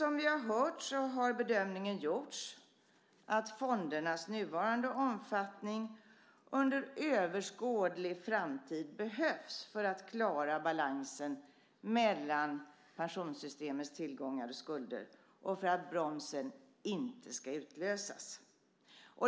Som vi har hört har bedömningen gjorts att fondernas nuvarande omfattning under överskådlig framtid behövs för att klara balansen mellan pensionssystemets tillgångar och skulder och för att bromsen inte ska utlösas.